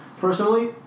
personally